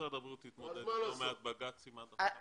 משרד הבריאות מתמודד עם לא מעט בג"צים עד עכשיו.